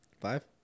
Five